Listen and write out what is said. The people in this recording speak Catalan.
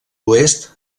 oest